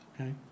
okay